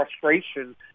frustration